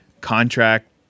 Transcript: contract